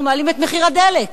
אנחנו מעלים את מחיר הדלק.